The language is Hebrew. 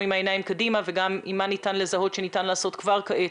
העיניים קדימה וגם מה ניתן לזהות שניתן לעשות כבר עתה.